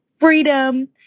freedom